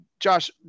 Josh